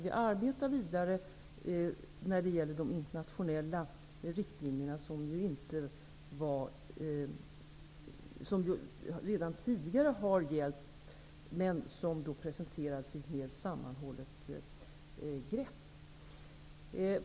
Vi arbetar vidare när det gäller de internationella riktlinjerna, som ju redan tidigare har gällt men som då presenterats i ett mer sammanhållet grepp.